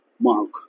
Mark